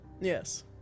Yes